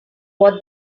what